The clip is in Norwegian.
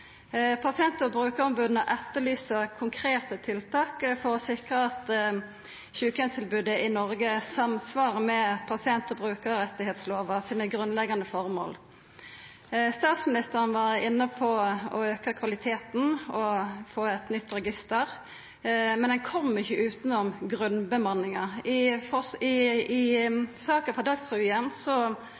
Pasient- og brukaromboda etterlyser konkrete tiltak for å sikra at sjukeheimstilbodet i Noreg samsvarar med pasient- og brukarrettigheitslova sine grunnleggjande formål. Statsministeren var inne på å auka kvaliteten og få eit nytt register, men ein kjem ikkje utanom grunnbemanninga. I